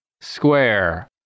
Square